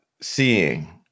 seeing